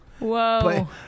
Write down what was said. Whoa